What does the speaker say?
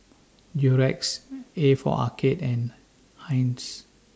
Durex A For Arcade and Heinz